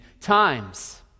times